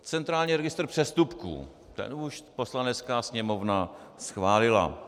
Centrální registr přestupků ten už Poslanecká sněmovna schválila.